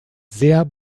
sehr